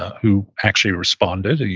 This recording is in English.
who actually responded. yeah